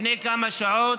לפני כמה שעות,